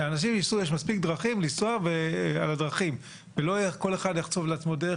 לאנשים יש מספיק דרכים לנסוע בהן ולא כל אחד יחצוב לעצמו דרך